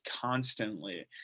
constantly